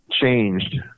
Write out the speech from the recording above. changed